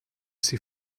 sie